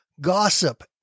gossip